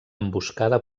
emboscada